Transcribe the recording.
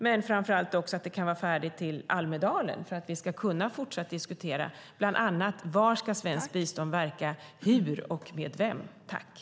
Men framför allt hoppas jag att det kan vara färdigt till Almedalen så att vi kan fortsätta att diskutera bland annat var, hur och med vem svenskt bistånd ska verka.